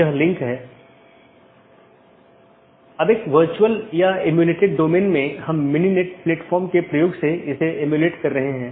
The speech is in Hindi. इसलिए इस पर प्रतिबंध हो सकता है कि प्रत्येक AS किस प्रकार का होना चाहिए जिसे आप ट्रैफ़िक को स्थानांतरित करने की अनुमति देते हैं